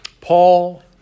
Paul